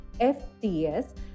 FTS